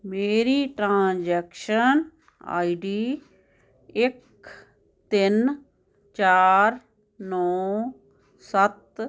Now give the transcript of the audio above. ਮੇਰੀ transaction I D ਇੱਕ ਤਿੰਨ ਚਾਰ ਨੌ ਸੱਤ